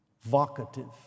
vocative